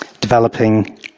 developing